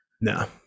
No